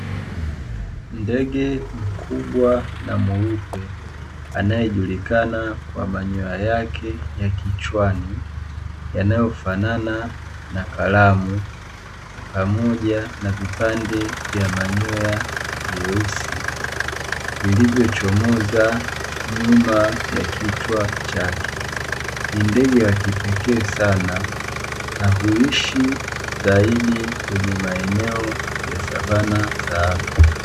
Ndege mkubwa na mweupe anayejulikana kwa manyoa yake ya kichwani yanayofanana na kalamu pamoja na vipande vya manyoya meusi vilivyochomoza nyuma ya kichwa chake. Ni ndege wa kipekee sana na huishi zaidi kwenye maeneo ya savana za Afrika.